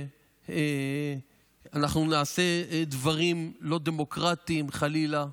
שאנחנו נעשה דברים לא דמוקרטיים, חלילה.